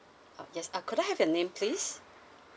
ah yes ah could I have your name please